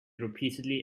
repeatedly